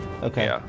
Okay